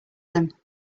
them